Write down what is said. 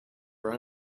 were